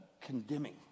condemning